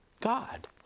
God